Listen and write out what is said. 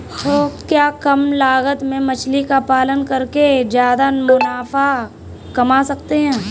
क्या कम लागत में मछली का पालन करके ज्यादा मुनाफा कमा सकते हैं?